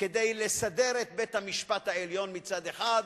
כדי לסדר את בית-המשפט העליון מצד אחד,